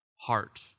heart